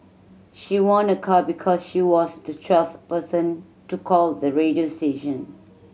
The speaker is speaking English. she won a car because she was the twelfth person to call the radio station